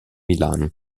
milano